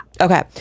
Okay